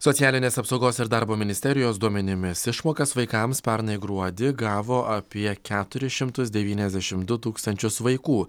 socialinės apsaugos ir darbo ministerijos duomenimis išmokas vaikams pernai gruodį gavo apie keturis šimtus devyniasdešimt du tūkstančius vaikų